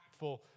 impactful